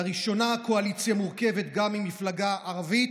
לראשונה הקואליציה מורכבת גם ממפלגה ערבית,